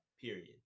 period